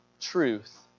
truth